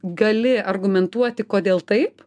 gali argumentuoti kodėl taip